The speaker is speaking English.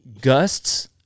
gusts